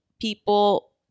people